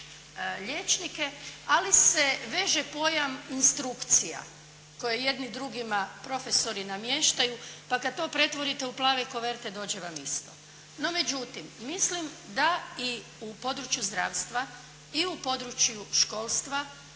liječnike, ali se veže pojam instrukcija koje jedni drugima profesori namještaju pa kada to pretvorite u plave koverte, dođe vam isto. No međutim, mislim da i u području zdravstva i u području školstva